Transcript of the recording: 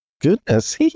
goodness